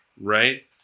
right